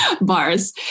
bars